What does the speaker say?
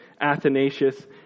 Athanasius